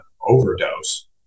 overdose